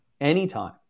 anytime